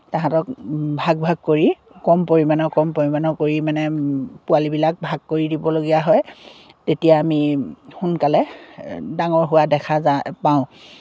তাহাঁতক ভাগ ভাগ কৰি কম পৰিমাণৰ কৰি কম পৰিমাণৰ কৰি মানে পোৱালিবিলাক ভাগ কৰি দিবলগীয়া হয় তেতিয়া আমি সোনকালে ডাঙৰ হোৱা দেখা পাওঁ